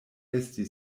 esti